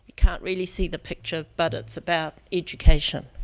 can't really see the picture, but it's about education.